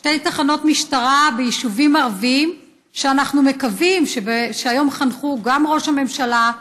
שתי תחנות משטרה ביישובים ערביים שהיום חנכו גם ראש הממשלה,